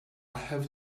have